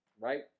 right